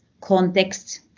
context